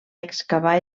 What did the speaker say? excavar